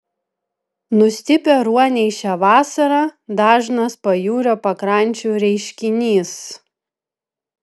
nustipę ruoniai šią vasarą dažnas pajūrio pakrančių reiškinys